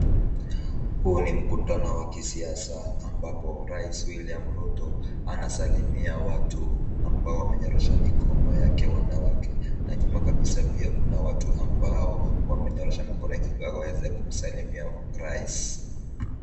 Huu ni mkutano wa kisiasa ambapo Rais Wiliam Ruto anasalimia watu ambao wamenyorosha mikono yake, wanawake na nyuma kabisa pia kuna watu ambao wamenyorosha mikono ili waweze kumsalimia Rais.